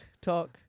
talk